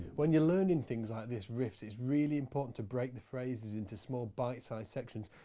when you're learning things like this riff, it's really important to break the phrases into small, bite-size sections.